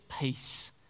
peace